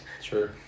Sure